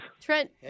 Trent